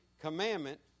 Commandment